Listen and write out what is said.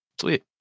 sweet